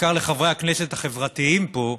בעיקר לחברי הכנסת החברתיים פה,